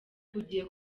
bugiye